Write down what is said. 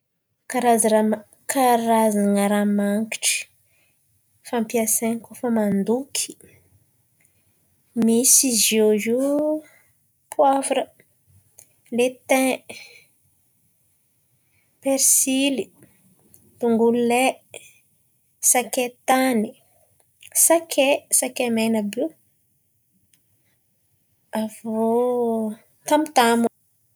Karazara- karazan̈a ràha mangitry fampiasaiko kôa fa mandoky: misy izy iô io poavra, letin, persily, dongolo lay, sakay tany, sakay sakay mena àby io avy iô tamotamo.